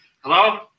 Hello